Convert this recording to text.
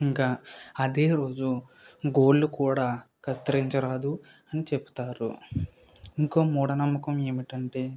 ఇంకా అదే రోజు గోర్లు కూడా కత్తిరించరాదు అని చెబుతారు ఇంకోక మూఢ నమ్మకం ఏమిటంటే